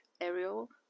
Ariel